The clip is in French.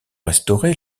restaurée